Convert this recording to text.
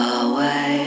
away